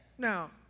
Now